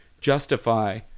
justify